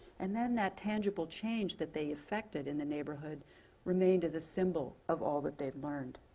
and then that tangible change that they effected in the neighborhood remained as a symbol of all that they had learned.